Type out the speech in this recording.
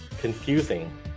confusing